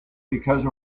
because